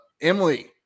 Emily